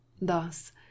Thus